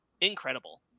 incredible